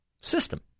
system